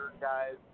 guys